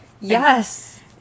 Yes